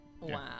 Wow